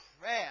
Prayer